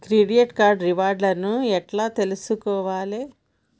Credit card reward లను ఎట్ల తెలుసుకోవాలే?